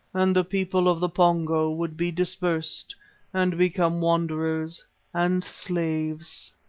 and the people of the pongo would be dispersed and become wanderers and slaves?